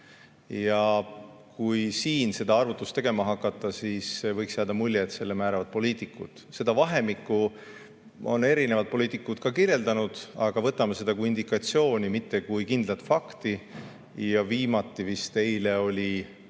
Ja kui siin seda arvutust tegema hakata, siis võiks jääda mulje, et selle määravad poliitikud. Seda vahemikku on eri poliitikud kirjeldanud, aga võtame seda kui indikatsiooni, mitte kui kindlat fakti. Viimati oli vist eile